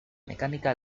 mecánica